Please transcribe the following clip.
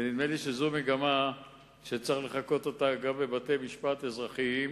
ונדמה לי שזו מגמה שצריך לחקות אותה גם בבתי-משפט אזרחיים,